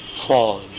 fall